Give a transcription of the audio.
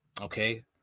Okay